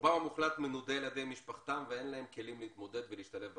רובם המוחלט מנודה על ידי משפחתם ואין להם כלים להתמודד ולהשתלב בחברה.